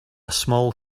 small